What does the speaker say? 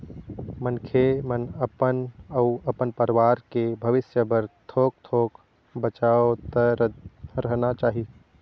मनखे मन ल अपन अउ अपन परवार के भविस्य बर थोक थोक बचावतरहना चाही